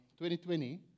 2020